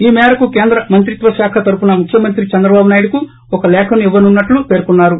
ఈ మరకు కేంద్ర మంత్రిత్వ శాఖ తరుపున ముఖ్యమంత్రి చంద్రబాబు నాయుడుకు ఒక లేఖను ఇవ్వనున్నట్లు పేర్కొన్నారు